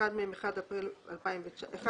שהאחד ב-1 באפריל 2019,